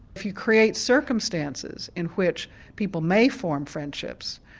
if you create circumstances in which people may form friendships,